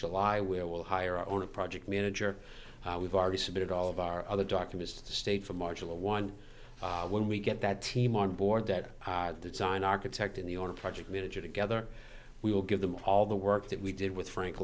july where we'll hire on a project manager we've already submitted all of our other documents to the state for marginal one when we get that team on board that the design architect and the on a project manager together we will give them all the work that we did with frank